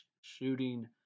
shooting